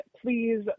please